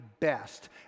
best